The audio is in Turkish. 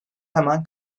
hemen